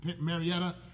Marietta